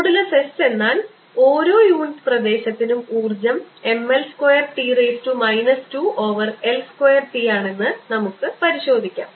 modulus S എന്നാൽ ഓരോ unit പ്രദേശത്തിനും ഊർജ്ജം M L square T raise to minus 2 over L square T ആണെന്ന് നമുക്ക് പരിശോധിക്കാം